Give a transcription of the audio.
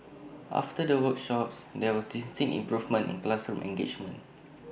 after the workshops there was distinct improvement in classroom engagement